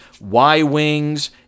Y-wings